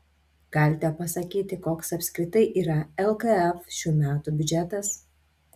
galite pasakyti koks apskritai yra lkf šių metų biudžetas